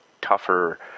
tougher